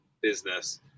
business